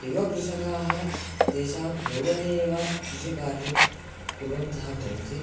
युवकृषकाः तेषां यौवने एव कृषिकार्यं कुर्वन्तः भवन्ति